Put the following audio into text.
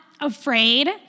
afraid